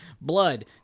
blood